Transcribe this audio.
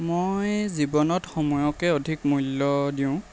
মই জীৱনত সময়কে অধিক মূল্য দিওঁ